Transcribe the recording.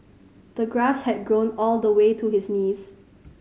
the grass had grown all the way to his knees